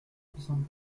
soixante